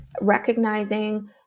recognizing